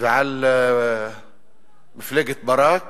ועל מפלגת ברק